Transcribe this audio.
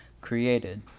created